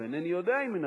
ואינני יודע אם היא נכונה,